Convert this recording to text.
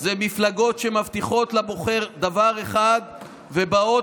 זה מפלגות שמבטיחות לבוחר דבר אחד ובאות